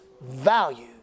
value